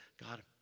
God